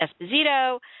Esposito